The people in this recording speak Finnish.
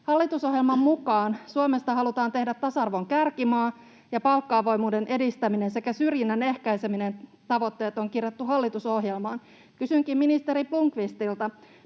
Hallitusohjelman mukaan Suomesta halutaan tehdä tasa-arvon kärkimaa, ja palkka-avoimuuden edistämisen sekä syrjinnän ehkäisemisen tavoitteet on kirjattu hallitusohjelmaan. Kysynkin ministeri Blomqvistilta: